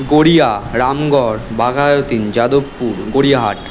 Garia Ramgarh Baghajatin Jadavpur Gariahat